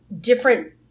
different